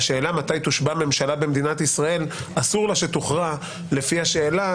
והשאלה מתי תושבע ממשלה במדינת ישראל אסור לה שתוכרע לפי השאלה